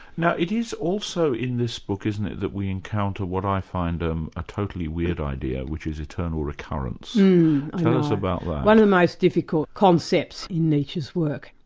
now it is also in this book, isn't it, that we encounter what i find is um a totally weird idea, which is eternal recurrence. tell us about that. one of the most difficult concepts in nietzsche's work.